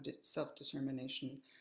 self-determination